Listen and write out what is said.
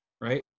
right